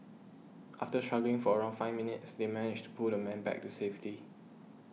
after struggling for around five minutes they managed to pull the man back to safety